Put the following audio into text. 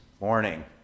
morning